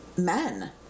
men